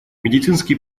медицинские